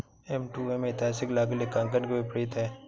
M to M ऐतिहासिक लागत लेखांकन के विपरीत है